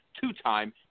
two-time